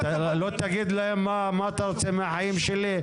לא תגיד להם מה אתם רוצים מהחיים שלי,